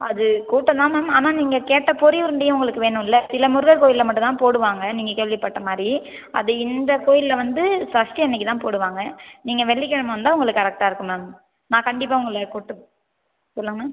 அது கூட்டம்தான் மேம் ஆனால் நீங்கள் கேட்ட பொரி உருண்டையும் உங்களுக்கு வேணுமில்ல சில முருகர் கோயிலில் மட்டும்தான் போடுவாங்க நீங்கள் கேள்விப்பட்ட மாதிரி அது இந்த கோயிலில் வந்து சஷ்டி அன்றைக்கிதான் போடுவாங்க நீங்கள் வெள்ளிக்கிழமை வந்தால் உங்களுக்கு கரெக்டாக இருக்கும் மேம் நான் கண்டிப்பாக உங்களை கூப்பிட்டு சொல்லுங்கள் மேம்